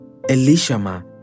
Elishama